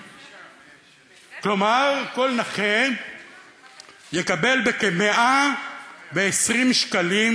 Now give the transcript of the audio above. כלומר, כל נכה יקבל כ-120 שקלים